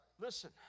Listen